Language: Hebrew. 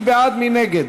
מי בעד ומי נגד?